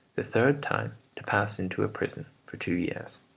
the third time to pass into a prison for two years.